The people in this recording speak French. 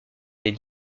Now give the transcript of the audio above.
des